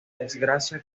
desgracia